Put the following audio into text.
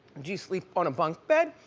do you sleep on a bunk bed,